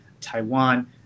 Taiwan